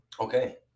Okay